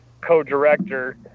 co-director